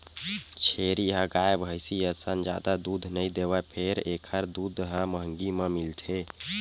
छेरी ह गाय, भइसी असन जादा दूद नइ देवय फेर एखर दूद ह महंगी म मिलथे